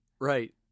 Right